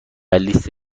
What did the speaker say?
لیست